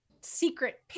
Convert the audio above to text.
secret